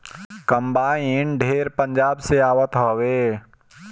combine ढेर पंजाब से आवत हवे